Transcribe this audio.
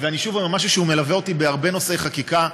אני אומר משהו שמלווה אותי בהרבה נושאי חקיקה: